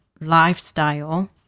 lifestyle